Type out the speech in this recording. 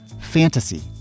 fantasy